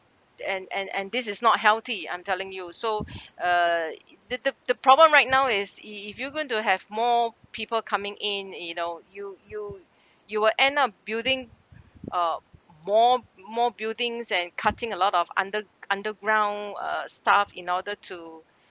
and and and this is not healthy I'm telling you so uh the the the problem right now is if if you're going to have more people coming in you know you you you will end up building uh more more buildings and cutting a lot of under underground uh stuff in order to